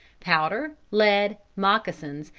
powder, lead, moccasins,